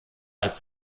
als